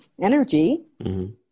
energy